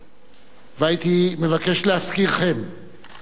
והייתי מבקש להזכירכם שביום ראשון,